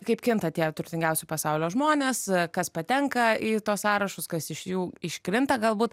kaip kinta tie turtingiausių pasaulio žmonės kas patenka į tuos sąrašus kas iš jų iškrinta galbūt